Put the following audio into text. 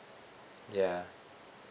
ya